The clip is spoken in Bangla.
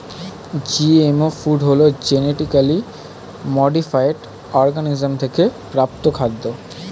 জিএমও ফুড হলো জেনেটিক্যালি মডিফায়েড অর্গানিজম থেকে প্রাপ্ত খাদ্য